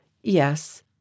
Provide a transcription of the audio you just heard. Yes